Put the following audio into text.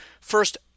first